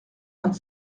vingt